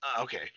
okay